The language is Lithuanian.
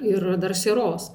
ir dar sieros